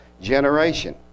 generation